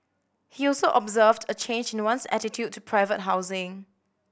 he also observed a change in one's attitude to private housing